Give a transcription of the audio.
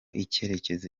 icyerekezo